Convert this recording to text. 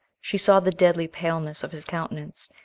she saw the deadly paleness of his countenance,